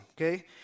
Okay